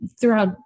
throughout